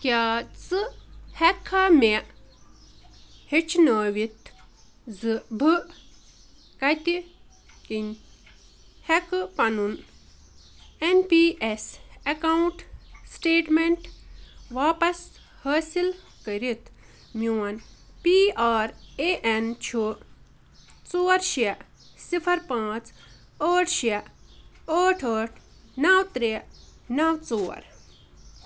کیٛاہ ژٕ ہٮ۪کہٕ کھا مےٚ ہیٚچھنٲوِتھ زٕ بہٕ کَتہِ کِنۍ ہٮ۪کہٕ پَنُن N P S account statement واپَس حٲصِل کٔرِتھ میون پی آر اے اٮ۪ن چھُ ژور شےٚ صِفَر پانٛژھ ٲٹھ شےٚ ٲٹھ ٲٹھ نَو ترٛےٚ نَو ژور